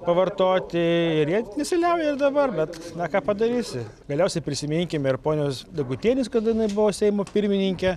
pavartoti ir jie nesiliauja ir dabar bet na ką padarysi galiausiai prisiminkime ir ponios degutienės kada jinai buvo seimo pirmininke